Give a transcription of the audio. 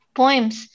poems